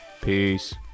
Peace